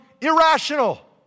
irrational